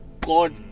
God